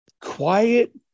quiet